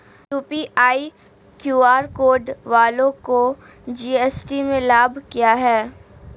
UPI QR code वालों को GST में लाभ क्या है?